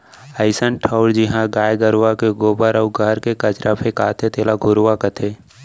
अइसन ठउर जिहॉं गाय गरूवा के गोबर अउ घर के कचरा फेंकाथे तेला घुरूवा कथें